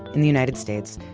in the united states,